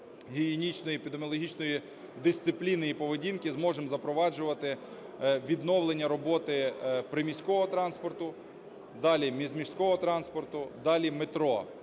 гігієнічної, епідеміологічної дисципліни і поведінки, зможемо запроваджувати відновлення роботи приміського транспорту, далі міжміського транспорту, далі метро.